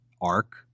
arc